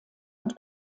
und